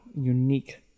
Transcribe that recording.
unique